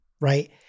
right